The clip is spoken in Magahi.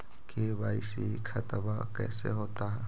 के.वाई.सी खतबा कैसे होता?